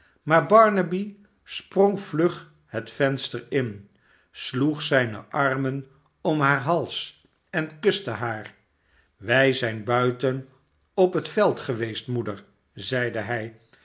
maar barnaby sprong vlug het venster in sloeg zijne armen om haar hals en kuste haar wij zijn buiten op het veld geweest moeder zeide hij